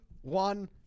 one